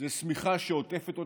זו שמיכה שעוטפת אותם,